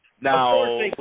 Now